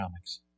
comics